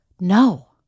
No